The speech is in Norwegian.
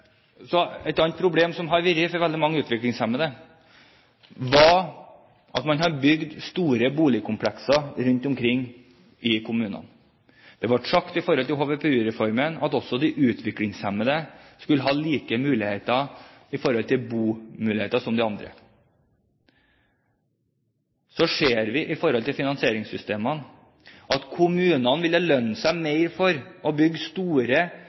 et tredje område: Et annet problem for veldig mange utviklingshemmede er at man har bygd store boligkomplekser rundt omkring i kommunene. Det ble sagt i forbindelse med HVPU-reformen at også de utviklingshemmede skulle ha like bomuligheter som andre. Så ser vi i forhold til finansieringssystemene at det for kommunene vil lønne seg mer å bygge store